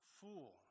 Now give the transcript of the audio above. Fool